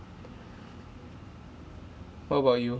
what about you